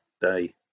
day